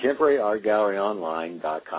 ContemporaryArtGalleryOnline.com